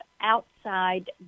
outside